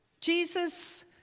Jesus